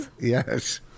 Yes